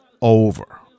over